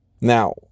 now